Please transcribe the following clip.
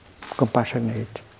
compassionate